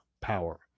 power